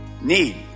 need